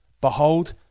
behold